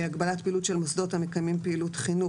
הגבלת פעילות של מוסדות המקיימים פעילות חינוך.